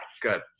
Good